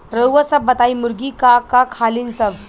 रउआ सभ बताई मुर्गी का का खालीन सब?